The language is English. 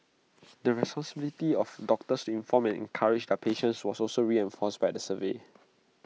the of doctors inform and encourage their patients was also reinforced by the survey